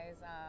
guys